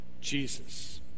Jesus